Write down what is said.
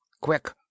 Quick